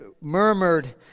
murmured